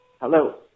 Hello